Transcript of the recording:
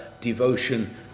devotion